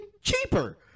cheaper